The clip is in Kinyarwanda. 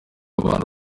abantu